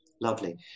lovely